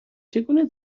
چگونه